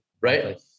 right